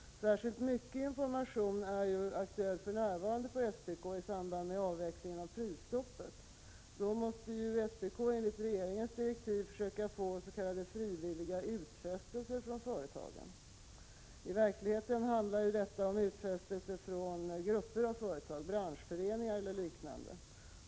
Särskilt mycket information är för närvarande aktuell på SPK, i samband med avvecklingen av prisstoppet. Då måste SPK enligt regeringens direktiv försöka få s.k. frivilliga utfästelser från företagen. I verkligheten handlar det om utfästelser från grupper av företag, branschföreningar och liknande.